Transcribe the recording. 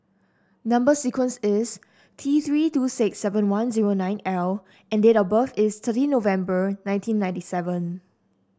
number sequence is T Three two six seven one zero nine L and date of birth is thirty November nineteen ninety seven